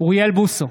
אוריאל בוסו,